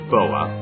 Boa